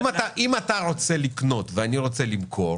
יע על העומק ועל המקצועיות והיכולת